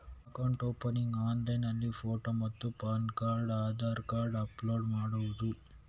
Account opening ಆನ್ಲೈನ್ನಲ್ಲಿ photo ಮತ್ತು PAN card Aadhaar card upload ಮಾಡುವುದು?